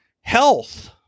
health